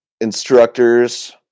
instructors